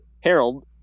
Harold